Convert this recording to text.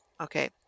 Okay